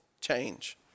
change